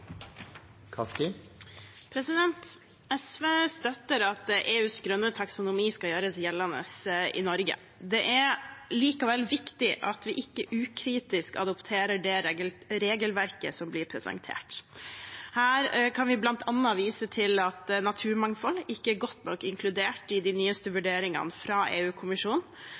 likevel viktig at vi ikke ukritisk adopterer det regelverket som blir presentert. Her kan vi bl.a. vise til at naturmangfold ikke er godt nok inkludert i de nyeste vurderingene fra